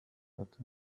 hatte